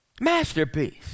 Masterpiece